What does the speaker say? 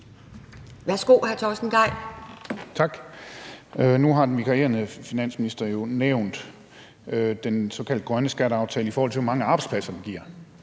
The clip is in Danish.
Kl. 16:50 Torsten Gejl (ALT): Tak. Nu har den vikarierende finansminister jo nævnt den såkaldt grønne skatteaftale, i forhold til hvor mange arbejdspladser den giver.